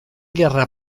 gerra